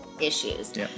issues